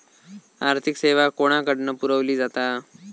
आर्थिक सेवा कोणाकडन पुरविली जाता?